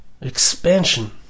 Expansion